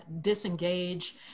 disengage